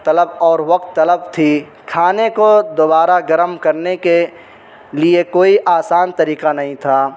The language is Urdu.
طلب اور وقت طلب تھی کھانے کو دوبارہ گرم کرنے کے لیے کوئی آسان طریقہ نہیں تھا